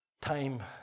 time